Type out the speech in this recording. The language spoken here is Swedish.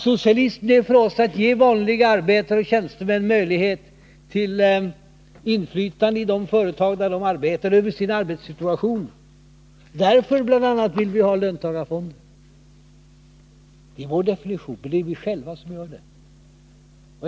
Socialism är för oss att ge vanliga arbetare och tjänstemän möjlighet till inflytande i de företag där de arbetar och över sin arbetssituation. Bl. a. därför vill vi ha löntagarfonder. Det är vår definition, och det är vi själva som gör den.